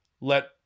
let